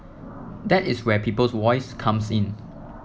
that is where Peoples Voice comes in